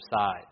side